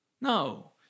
No